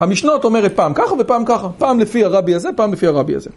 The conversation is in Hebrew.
המשנות אומרת פעם ככה ופעם ככה, פעם לפי הרבי הזה, פעם לפי הרבי הזה.